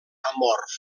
amorf